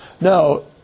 No